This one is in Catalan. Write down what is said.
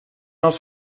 els